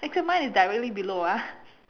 except mine is directly below ah